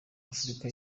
afurika